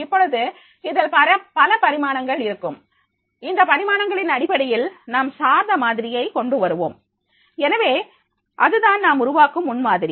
இப்பொழுது இதில் பல பரிமாணங்கள் இருக்கும் இந்த பரிமாணங்களின் அடிப்படையில் நாம் சார்ந்த மாதிரியை கொண்டு வருவோம் எனவே அதுதான் நாம் உருவாக்கும் முன்மாதிரி